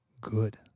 good